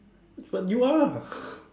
but you are